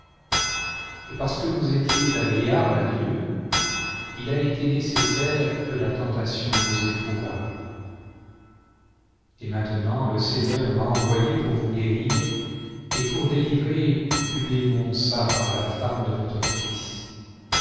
et parce que vous étiez agréable à dieu il a été nécessaire que la tentation vous éprouvât et maintenant le seigneur m'a envoyé pour vous guérir et pour délivrer du démon sara la femme de votre fils